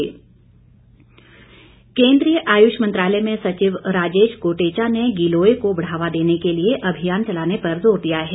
गिलोय केंद्रीय आयुष मंत्रालय में सचिव राजेश कोटेचा ने गिलोय को बढ़ावा देने के लिए अभियान चलाने पर जोर दिया है